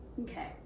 Okay